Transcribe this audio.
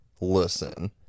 listen